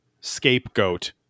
scapegoat